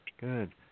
Good